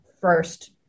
first